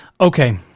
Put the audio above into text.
Okay